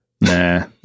Nah